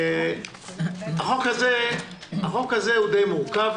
החוק הזה הוא די מורכב,